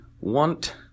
want